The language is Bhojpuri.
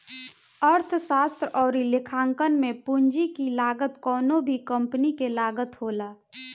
अर्थशास्त्र अउरी लेखांकन में पूंजी की लागत कवनो भी कंपनी के लागत होला